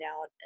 out